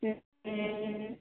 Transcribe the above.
हूँ